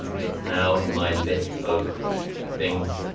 um it's now in my list of things,